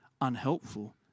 unhelpful